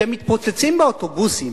שמתפוצצים באוטובוסים